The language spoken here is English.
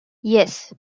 yes